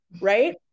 Right